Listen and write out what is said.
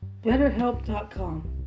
BetterHelp.com